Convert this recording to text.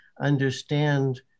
understand